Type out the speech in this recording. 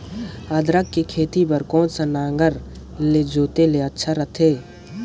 अदरक के खेती बार कोन सा नागर ले जोते ले अच्छा रथे कौन?